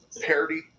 parody